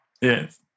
Yes